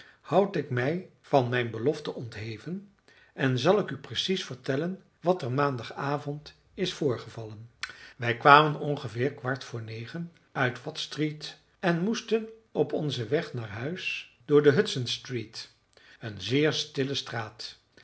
houd ik mij van mijn belofte ontheven en zal ik u precies vertellen wat er maandagavond is voorgevallen wij kwamen ongeveer kwart voor negen uit watt street en moesten op onzen weg naar huis door de hudson street een zeer stille straat